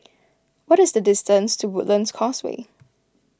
what is the distance to Woodlands Causeway